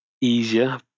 easier